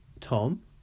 Tom